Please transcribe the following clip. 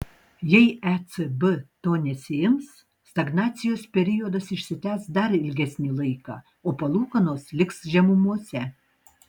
jei ecb to nesiims stagnacijos periodas išsitęs dar ilgesnį laiką o palūkanos liks žemumose